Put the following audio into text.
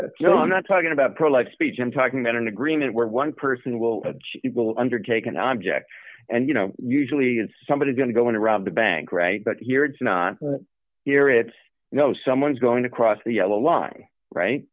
know i'm not talking about pro life speech i'm talking about an agreement where one person will will undertake an object and you know usually it's somebody's going to go in to rob the bank right but here it's not here it you know someone's going to cross the yellow line right